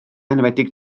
enwedig